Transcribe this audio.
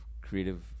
creative